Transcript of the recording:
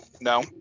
No